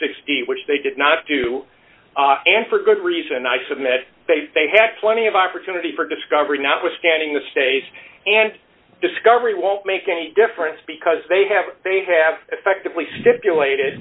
sixty which they did not do and for good reason i submit they had plenty of opportunity for discovery notwithstanding the stays and discovery won't make any difference because they have they have effectively stipulated